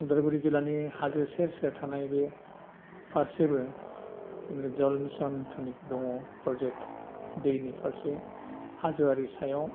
उदालगुरि जिल्लानि हाजो सेर सेर थानाय बे फारसेबो बिनिफ्राय जल मिशन थुनिक दङ प्रजेक्त दैनि फारसे हाजोआरि सायाव